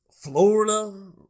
Florida